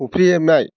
खफ्रि हेबनाय